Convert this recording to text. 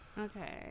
Okay